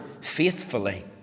faithfully